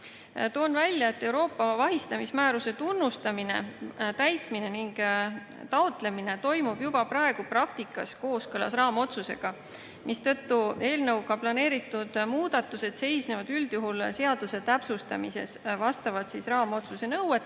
välja, et Euroopa vahistamismääruse tunnustamine, täitmine ning taotlemine toimub juba praegu praktikas kooskõlas raamotsusega, mistõttu eelnõuga planeeritud muudatused seisnevad üldjuhul seaduse täpsustamises vastavalt raamotsuse nõuetele